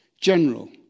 general